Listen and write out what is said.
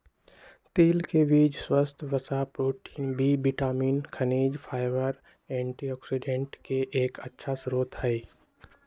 तिल के बीज स्वस्थ वसा, प्रोटीन, बी विटामिन, खनिज, फाइबर, एंटीऑक्सिडेंट के एक अच्छा स्रोत हई